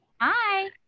Hi